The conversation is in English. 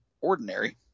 ordinary